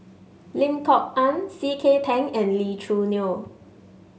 Lim Kok Ann C K Tang and Lee Choo Neo